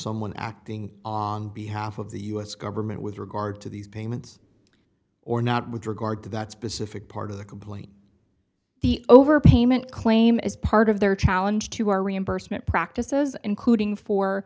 someone acting on behalf of the u s government with regard to these payments or not with regard to that specific part of the complaint the overpayment claim is part of their challenge to our reimbursement practices including for